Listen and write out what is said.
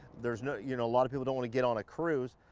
there's no you know, a lot of people don't want to get on a cruise.